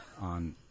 on